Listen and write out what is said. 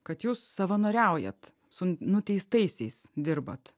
kad jūs savanoriaujat su nuteistaisiais dirbat